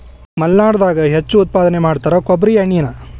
ಮಲ್ನಾಡದಾಗ ಹೆಚ್ಚು ಉತ್ಪಾದನೆ ಮಾಡತಾರ ಕೊಬ್ಬ್ರಿ ಎಣ್ಣಿನಾ